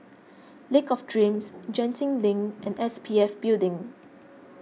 Lake of Dreams Genting Link and S P F Building